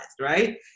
right